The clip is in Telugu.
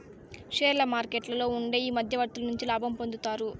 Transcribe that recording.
షేర్ల మార్కెట్లలో ఉండే ఈ మధ్యవర్తులు మంచి లాభం పొందుతారు